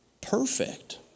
perfect